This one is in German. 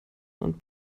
und